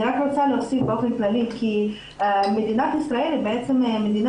אני רק רוצה להוסיף באופן כללי כי מדינת ישראל היא בעצם המדינה